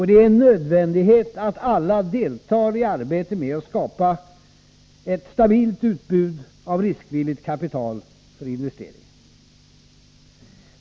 Det är nödvändigt att alla deltar i arbetet på att skapa ett stabilt utbud av riskvilligt kapital för investeringar.